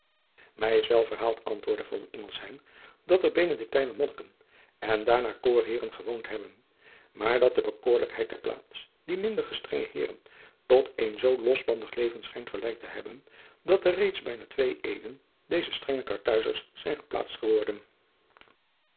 ij is wel verhaald antwoordde dat er enedictijner onnikken en daarna oorheeren gewoond hebben maar dat de bekoorlijkheid der plaats die minder gestrenge eeren tot een zoo losbandig leven schijnt verleid te hebben dat er reeds bijna twee euwen deze strenge arthuizers zijn geplaatst geworden